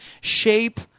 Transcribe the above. shape